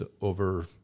over